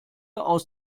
aus